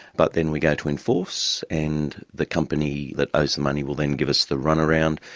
but then we go to enforce, and the company that owes the money will then give us the run-around,